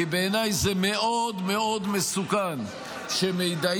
כי בעיניי זה מאוד מאוד מסוכן שמידע